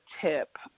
tip